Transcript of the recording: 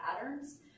patterns